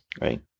right